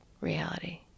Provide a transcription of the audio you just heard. reality